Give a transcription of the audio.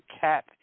cat